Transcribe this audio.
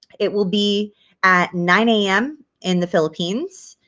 it will be at nine am in the philippines.